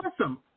awesome